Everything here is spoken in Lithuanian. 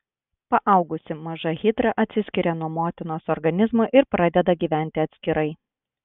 paaugusi maža hidra atsiskiria nuo motinos organizmo ir pradeda gyventi atskirai